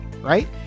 right